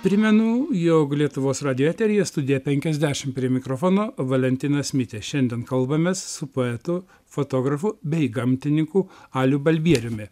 primenu jog lietuvos radijo eteryje studija penkiasdešim prie mikrofono valentinas mitė šiandien kalbamės su poetu fotografu bei gamtininku aliu balbieriumi